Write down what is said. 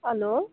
hello